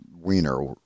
wiener